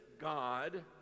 God